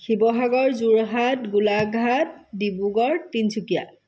Sivasagar Jorhat Golaghat Dibrugarh Tinsukia